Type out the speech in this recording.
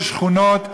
של שכונות.